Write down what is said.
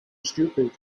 stupid